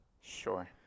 Sure